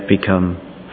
become